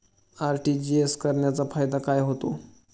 RTGS करण्याचा फायदा काय होतो?